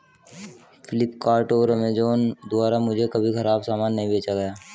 फ्लिपकार्ट और अमेजॉन द्वारा मुझे कभी खराब सामान नहीं बेचा गया